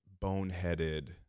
boneheaded –